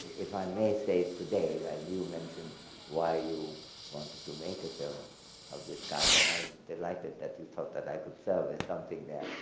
if i may say today, while you mentioned why you wanted to make a film of this kind, and and i was delighted that you thought that i could sell as something that.